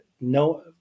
no